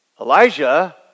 Elijah